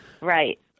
Right